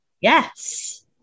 yes